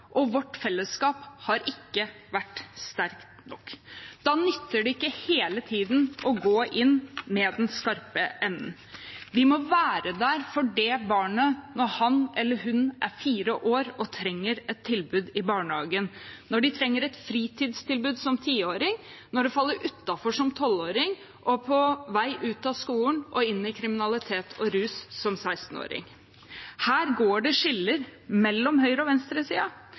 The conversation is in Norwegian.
og vårt fellesskap har ikke vært sterkt nok. Da nytter det ikke hele tiden å gå inn med den skarpe enden. Vi må være der for det barnet når han eller hun er 4 år og trenger et tilbud i barnehagen, når det trenger et fritidstilbud som 10-åring, når det faller utenfor som 12-åring og på vei ut av skolen og inn i kriminalitet og rus som 16-åring. Her går det skiller mellom høyresiden og